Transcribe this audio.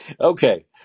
Okay